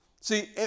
See